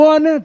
One